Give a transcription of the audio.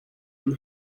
you